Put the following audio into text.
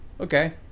Okay